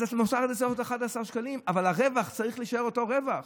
אז המוצר עולה 11 שקלים אבל הרווח צריך להישאר אותו רווח